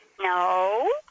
No